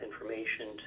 information